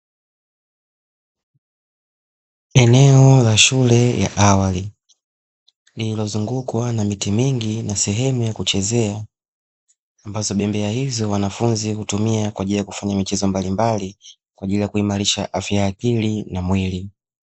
Eneo la shule ya awali lililozungukwa na miti mingi na sehemu ya kuchezea, ambazo bembea hizo wanafunzi hutumia kwa ajili ya kufanya michezo mbalimbali, kwa ajili ya kuimarisha afya ya akili na mwili.